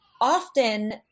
often